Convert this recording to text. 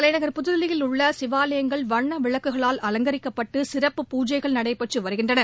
தலைநகர் புதுதில்லியில் உள்ள சிவாலயங்கள் வண்ண விளக்குகளால் அலங்கரிக்கப்பட்டு சிறப்புப் பூஜைகள் நடைபெற்று வருகின்றன